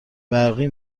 برقی